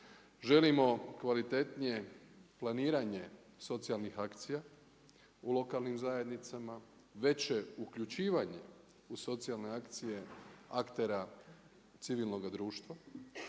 Želimo kvalitetnije planiranje socijalnih akcija u lokalnim zajednicama, veće uključivanje u socijalne akcije aktera civilnoga društva